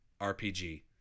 RPG